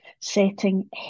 Setting